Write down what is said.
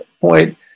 point